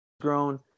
grown